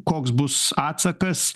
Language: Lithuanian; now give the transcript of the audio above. koks bus atsakas